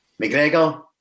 McGregor